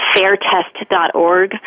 FairTest.org